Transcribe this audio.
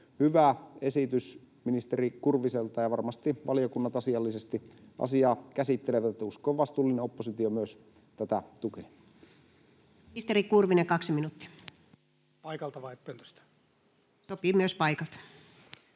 hyvä esitys ministeri Kurviselta, ja varmasti valiokunnat asiallisesti asiaa käsittelevät, ja uskon, että myös vastuullinen oppositio tätä tukee. Ministeri Kurvinen, 2 minuuttia. [Antti Kurvinen: Paikalta vai pöntöstä?] — Sopii myös paikalta.